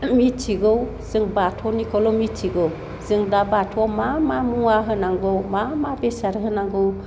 मिथिगौ जों बाथौनिखौल' मिथिगौ जों दा बाथौआव मा मा मुवा होनांगौ मा मा बेसाद होनांगौ